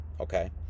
Okay